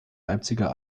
leipziger